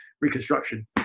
reconstruction